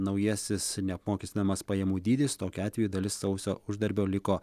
naujasis neapmokestinamas pajamų dydis tokiu atveju dalis sausio uždarbio liko